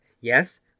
Yes